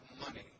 money